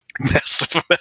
massive